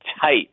tight